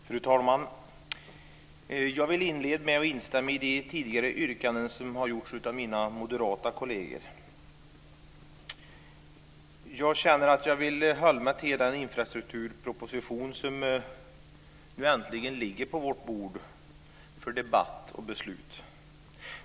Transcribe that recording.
Fru talman! Jag vill inleda med att instämma i de tidigare yrkanden som har gjorts av mina moderata kolleger. Jag känner att jag vill hålla mig till den infrastrukturproposition som nu äntligen ligger på vårt bord för debatt och beslut.